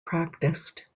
practised